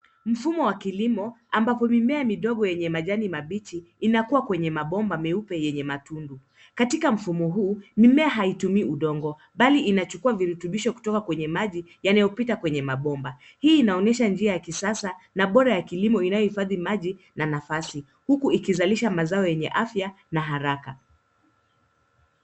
Mfumo wa kilimo ambapo mimea midogo yenye majani mabichi inakua kwenye mabomba meupe yenye matundu. Katika mfumo huu, mimea haitumii udongo bali inachukua virutubisho kutoka kwenye maji yanayopita kwenye mabomba. Hii inaonyesha njia ya kisasa na bora ya kilimo inayohifadhi maji na nafasi huku ikizalisha mazao yenye afya na haraka.